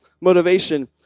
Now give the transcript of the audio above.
motivation